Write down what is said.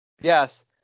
Yes